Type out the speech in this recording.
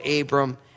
Abram